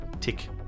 tick